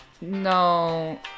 No